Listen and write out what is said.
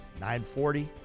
940